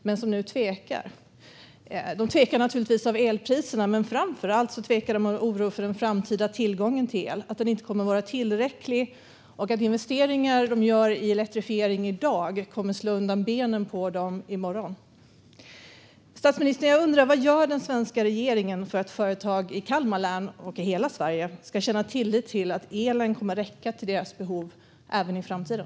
Men de tvekar nu på grund av elpriserna, men framför allt tvekar de av oro för den framtida tillgången till el - att den inte kommer att vara tillräcklig och att investeringar i elektrifiering i dag kommer att slå undan benen på dem i morgon. Vad gör den svenska regeringen, statsministern, för att företag i Kalmar län, och i hela Sverige, ska känna tillit till att elen kommer att räcka för deras behov även i framtiden?